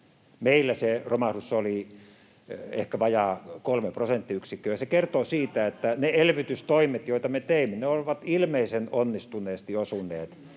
Meillä se romahdus oli ehkä vajaa 3 prosenttiyksikköä, ja se kertoo siitä, [Leena Meren välihuuto] että ne elvytystoimet, joita me teimme, olivat ilmeisen onnistuneesti osuneet